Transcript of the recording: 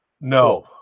No